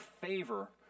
favor